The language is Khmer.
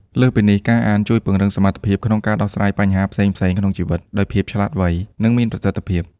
លើសពីនេះ ការអានជួយ ពង្រឹងសមត្ថភាពក្នុងការដោះស្រាយបញ្ហាផ្សេងៗក្នុងជីវិត ដោយភាពឆ្លាតវៃ និងមានប្រសិទ្ធភាព។